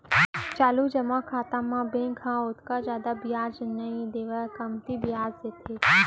चालू जमा खाता म बेंक ह ओतका जादा बियाज नइ देवय कमती बियाज देथे